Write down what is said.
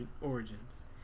origins